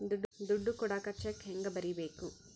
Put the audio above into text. ದುಡ್ಡು ಕೊಡಾಕ ಚೆಕ್ ಹೆಂಗ ಬರೇಬೇಕು?